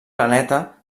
planeta